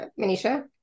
manisha